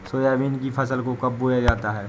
Soybean की फसल को कब बोया जाता है?